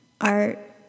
Art